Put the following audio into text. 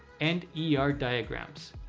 and yeah ah er diagrams.